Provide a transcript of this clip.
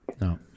No